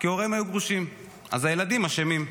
כי ההורים גרושים, אז הילדים אשמים.